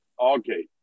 Okay